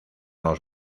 los